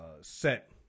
set